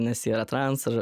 nes jie yra trans ir